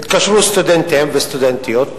התקשרו סטודנטים וסטודנטיות ערבים,